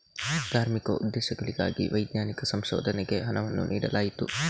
ಧಾರ್ಮಿಕ ಉದ್ದೇಶಗಳಿಗಾಗಿ ವೈಜ್ಞಾನಿಕ ಸಂಶೋಧನೆಗೆ ಹಣವನ್ನು ನೀಡಲಾಯಿತು